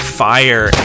fire